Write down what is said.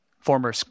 former